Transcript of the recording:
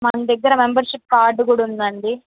మన దగ్గర membership card కూడా ఉందండీ